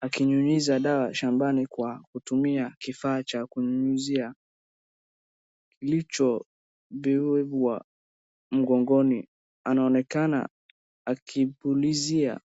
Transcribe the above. akinyunyiza dawa shambani kwa kutumia kifaa cha kunyunyizia kilicho bebwa mgongoni anaonekana akipulizia.